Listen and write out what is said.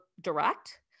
direct